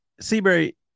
seabury